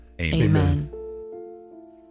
Amen